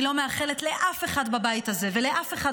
אני לא מאחלת לאף אחד בבית הזה ולאף אחד